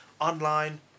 online